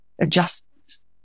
adjustments